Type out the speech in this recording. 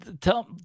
Tell